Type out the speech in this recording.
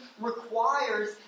requires